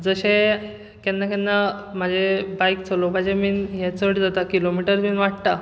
जशे केन्ना केन्ना म्हजें बायक चलोवपाचें मेन हें चड जाता किलोमिटर बीन वाडटा